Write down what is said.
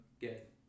get